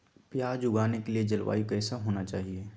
प्याज उगाने के लिए जलवायु कैसा होना चाहिए?